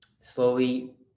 slowly